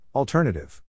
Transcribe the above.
Alternative